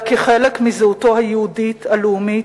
אלא כחלק מזהותו היהודית-הלאומית,